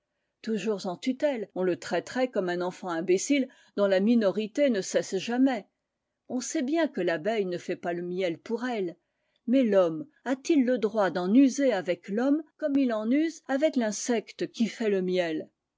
toujours en tutelle on le traiterait comme un enfant imbécile dont la minorité ne cesse jamais on sait bien que l'abeille ne fait pas le miel pour elle mais l'homme a-t-il le droit d'en user avec l'homme comme il en use avec l'insecte qui fait le miel